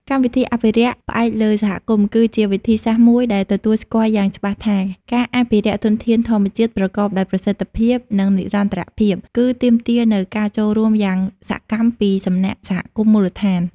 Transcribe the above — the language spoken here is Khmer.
កម្មវិធីអភិរក្សផ្អែកលើសហគមន៍ គឺជាវិធីសាស្រ្តមួយដែលទទួលស្គាល់យ៉ាងច្បាស់ថា ការអភិរក្សធនធានធម្មជាតិប្រកបដោយប្រសិទ្ធភាព និងនិរន្តរភាព គឺទាមទារនូវការចូលរួមយ៉ាងសកម្មពីសំណាក់សហគមន៍មូលដ្ឋាន។